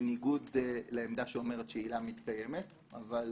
בניגוד לעמדה שאומרת שעילה מתקיימת; אבל